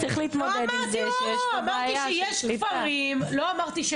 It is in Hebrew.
צריך להתמודד עם זה שיש כאן בעיה של